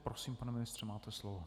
Prosím, pane ministře, máte slovo.